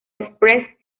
express